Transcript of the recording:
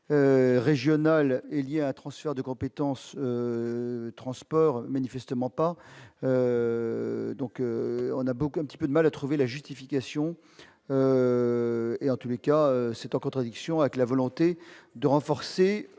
régionale est liée à transfert de compétences transport manifestement pas, donc on a beaucoup un petit peu de mal à trouver la justification et en tous les cas, c'est en contradiction avec la volonté de renforcer